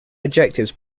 adjectives